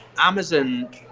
Amazon